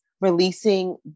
releasing